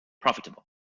profitable